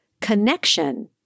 Connection